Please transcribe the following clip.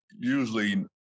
usually